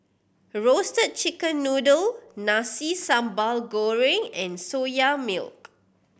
Roasted Chicken Noodle Nasi Sambal Goreng and Soya Milk